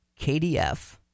KDF